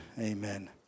Amen